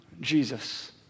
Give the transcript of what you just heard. Jesus